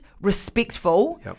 respectful